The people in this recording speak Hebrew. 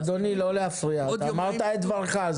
אדוני לא להפריע, אמרת את דבריך.